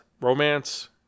romance